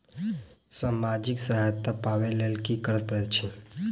सामाजिक सहायता पाबै केँ लेल की करऽ पड़तै छी?